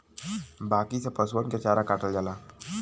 बांकी से पसुअन के चारा काटल जाला